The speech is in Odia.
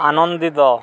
ଆନନ୍ଦିତ